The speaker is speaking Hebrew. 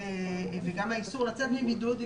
וגם האיסור לצאת מבידוד,